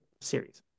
series